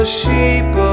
sheep